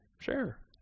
Sure